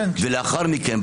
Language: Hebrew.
לאחר מכן,